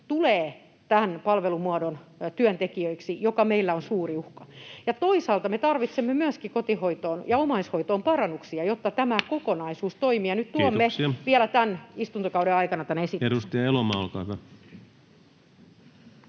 tulee tämän palvelumuodon työntekijöiksi, missä meillä on suuri uhka. Ja toisaalta me tarvitsemme myöskin kotihoitoon ja omaishoitoon parannuksia, jotta tämä kokonaisuus toimii, [Puhemies: Kiitoksia!] ja nyt tuomme vielä tämän istuntokauden aikana tämän esityksen. Edustaja Elomaa, olkaa hyvä.